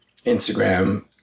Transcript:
Instagram